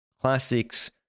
Classics